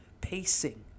pacing